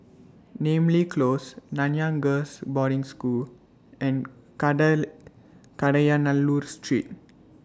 Namly Close Nanyang Girls' Boarding School and Kadayanallur Street